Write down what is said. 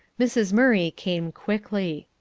mrs. murray came quickly.